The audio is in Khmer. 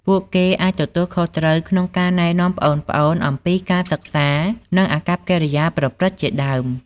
ពួកគេអាចទទួលខុសត្រូវក្នុងការណែនាំប្អូនៗអំពីការសិក្សា និងអាកប្បកិរិយាប្រព្រឹត្តជាដើម។